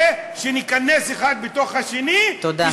ושניכנס אחד בתוך השני, תודה.